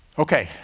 okay.